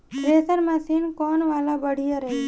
Thresher machine कौन वाला बढ़िया रही?